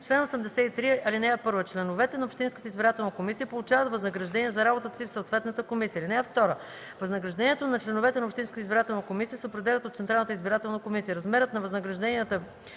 и социално осигуряване Чл. 83. (1) Членовете на общинската избирателна комисия получават възнаграждение за работата си в съответната комисия. (2) Възнаграждението на членовете на общинската избирателна комисия се определят от Централната избирателна комисия. Размерът на възнагражденията